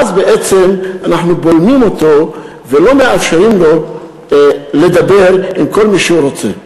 אז בעצם אנחנו בולמים אותו ולא מאפשרים לו לדבר עם כל מי שהוא רוצה.